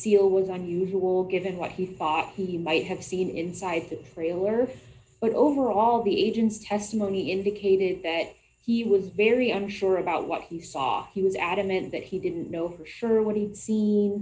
al was unusual given what he thought he might have seen inside the three alert but overall the agents testimony indicated that he was very unsure about what he saw he was adamant that he didn't know for sure what do you see